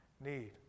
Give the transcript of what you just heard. need